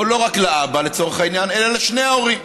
או לא רק לאבא, לצורך העניין, אלא לשני ההורים.